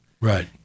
Right